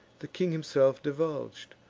the king himself divulg'd,